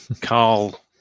Carl